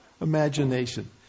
imagination